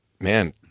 man